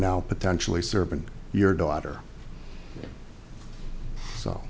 now potentially servant your daughter s